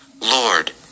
Lord